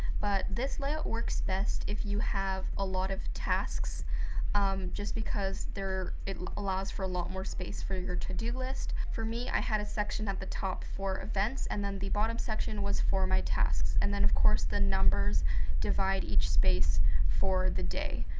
but this layout works best if you have a lot of tasks um just because, it allows for a lot more space for your to-do list. for me i had a section at the top for events and then the bottom section was for my tasks. and then, of course, the numbers divide each space for the day.